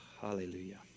Hallelujah